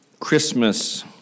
Christmas